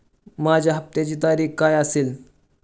माझ्या हप्त्याची तारीख काय असेल?